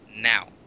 now